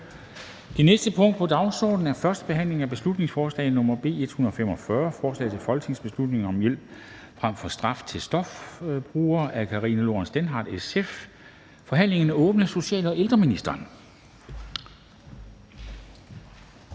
Det næste punkt på dagsordenen er: 2) 1. behandling af beslutningsforslag nr. B 145: Forslag til folketingsbeslutning om hjælp frem for straf til stofbrugere. Af Karina Lorentzen Dehnhardt (SF) m.fl. (Fremsættelse